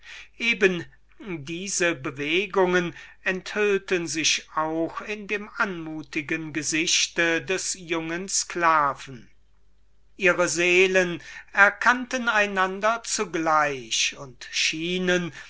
eben diese bewegungen enthüllten sich auch in dem anmutigen gesichte des jungen sklaven ihre seelen erkannten einander in eben demselben augenblicke und schienen